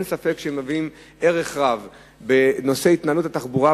אין ספק שיש להם ערך רב בנושא התנהלות התחבורה,